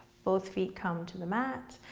both feet come to the mat.